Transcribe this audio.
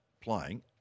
playing